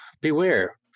beware